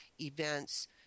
events